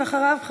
ואחריו,